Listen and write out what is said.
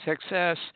success